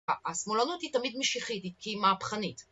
השמאלנות היא תמיד משיחית, היא מהפכנית